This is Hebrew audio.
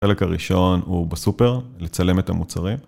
חלק הראשון הוא בסופר, לצלם את המוצרים